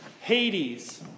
Hades